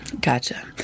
Gotcha